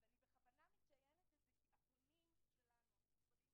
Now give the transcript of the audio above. אני בכוונה מציינת את זה כי הפונים שלנו, המטופלים